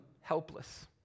helpless